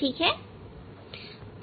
ठीक है